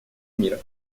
мира